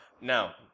Now